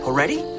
Already